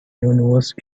universe